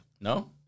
No